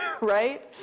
right